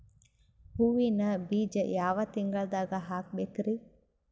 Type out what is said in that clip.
ಹೂವಿನ ಬೀಜ ಯಾವ ತಿಂಗಳ್ದಾಗ್ ಹಾಕ್ಬೇಕರಿ?